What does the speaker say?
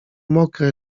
mokre